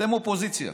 אתם אופוזיציה,